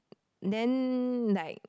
then like